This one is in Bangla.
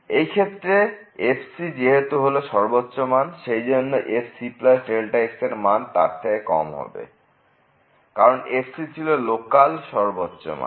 এই ক্ষেত্রে f যেহেতু হল তার সর্বোচ্চ মান সেই জন্য f cx এর মান তার থেকে কম হবে কারণ f ছিল লোকাল সর্বোচ্চ মান